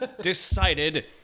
Decided